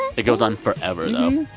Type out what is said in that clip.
it goes on forever, though.